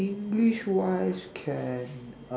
english wise can